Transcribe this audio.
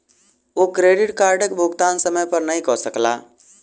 ओ credit कार्डक भुगतान समय पर नै कय सकला